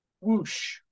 Whoosh